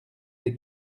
des